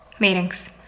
meetings